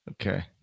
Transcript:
Okay